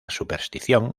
superstición